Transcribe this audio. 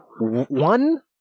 one